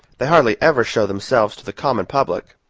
they hardly ever show themselves to the common public.